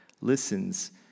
listens